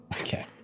Okay